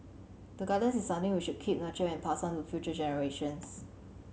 the gardens is something we should keep nurture and pass on to future generations